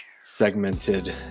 segmented